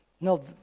No